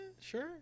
Sure